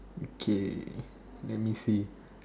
okay let me see